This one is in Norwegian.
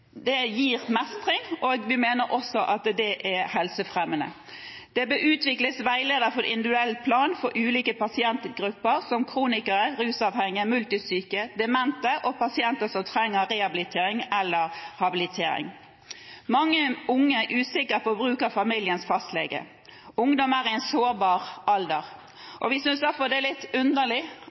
gir mestring, og vi mener også at det er helsefremmende. Det bør utvikles veileder for individuell plan for ulike pasientgrupper, som kronikere, rusavhengige, multisyke, demente og pasienter som trenger rehabilitering eller habilitering. Mange unge er usikre på bruk av familiens fastlege. Ungdom er i en sårbar alder, og vi synes derfor det er litt underlig